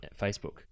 Facebook